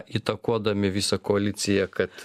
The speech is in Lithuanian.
įtakodami visą koaliciją kad